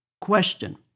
Question